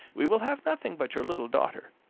we will have nothing but your little daughter.